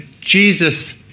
Jesus